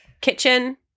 Kitchen